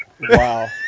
Wow